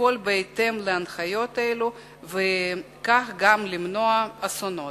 לפעול בהתאם להנחיות אלה, וכך גם למנוע אסונות.